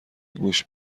گوش